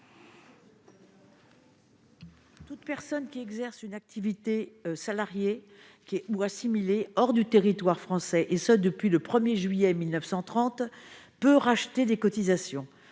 Toute personne qui a exercé une activité salariée ou assimilée hors du territoire français depuis le 1 juillet 1930 peut racheter des cotisations.